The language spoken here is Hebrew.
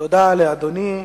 תודה לאדוני.